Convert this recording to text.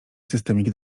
systemik